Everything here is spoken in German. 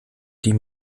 die